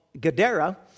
Gadara